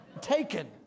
Taken